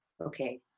okay